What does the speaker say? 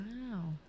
Wow